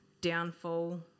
downfall